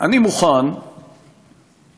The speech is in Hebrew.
אני מוכן לקבל,